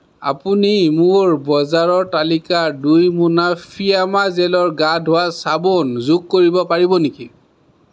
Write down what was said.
আপুনি মোৰ বজাৰৰ তালিকাত দুই মোনা ফিয়ামা জেলৰ গা ধোৱা চাবোন যোগ কৰিব পাৰিব নেকি